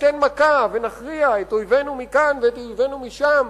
ניתן מכה ונכריע ואת אויבינו מכאן ואת אויבינו משם.